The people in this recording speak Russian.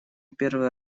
первый